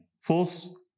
false